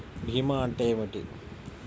భీమా అంటే ఏమిటి?